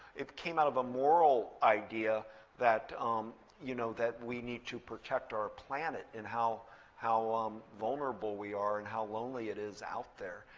it came out of a moral idea that um you know that we need to protect our planet and how how um vulnerable we are and how lonely it is out there.